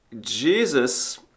Jesus